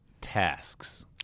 tasks